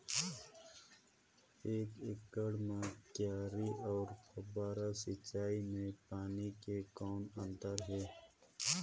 एक एकड़ म क्यारी अउ फव्वारा सिंचाई मे पानी के कौन अंतर हे?